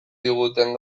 diguten